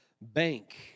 bank